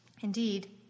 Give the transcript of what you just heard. Indeed